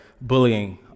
bullying